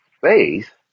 faith